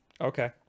okay